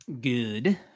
Good